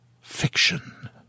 fiction